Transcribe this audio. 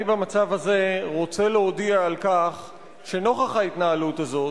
אני במצב הזה רוצה להודיע על כך שנוכח ההתנהלות הזאת,